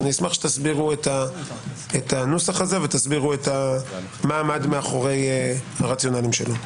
אשמח שתסבירו את הנוסח הזה ומה עמד מאורי הרציונליים שלו.